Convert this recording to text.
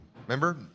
Remember